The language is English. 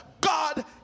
God